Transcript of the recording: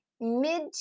mid